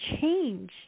change